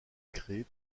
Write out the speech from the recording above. créé